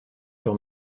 sur